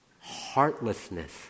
heartlessness